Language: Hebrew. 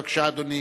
בבקשה, אדוני.